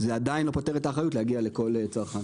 זה עדיין לא פוטר את האחריות להגיע לכל צרכן.